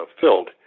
filled